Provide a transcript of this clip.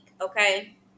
okay